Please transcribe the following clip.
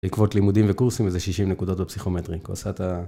בעקבות לימודים וקורסים, איזה 60 נקודות בפסיכומטרי. כי הוא עשה את ה..